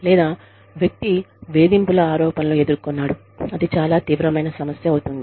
లేదా వ్యక్తి వేధింపుల ఆరోపణలు ఎదుర్కొన్నాడు అది చాలా తీవ్రమైన సమస్య అవుతుంది